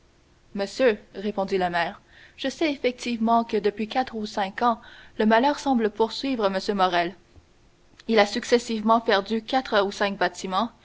monsieur répondit le maire je sais effectivement que depuis quatre ou cinq ans le malheur semble poursuivre m morrel il a successivement perdu quatre ou cinq bâtiments